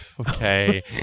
Okay